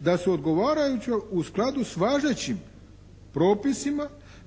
da su odgovarajuće u skladu s važećim propisima